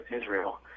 Israel